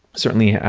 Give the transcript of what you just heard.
certainly,